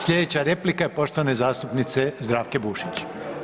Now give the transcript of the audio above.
Sljedeća replika je poštovane zastupnice Zdravke Bušić.